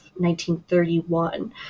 1931